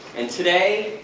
and today,